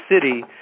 city